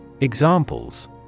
Examples